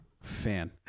Fan